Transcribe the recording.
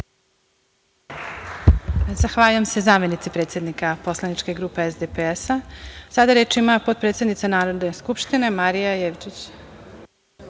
Zahvaljujem se zamenici predsednika poslaničke grupe SDPS-a. Reč ima potpredsednica Narodne skupštine, Marija Jevđić.